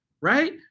right